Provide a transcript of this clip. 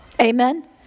Amen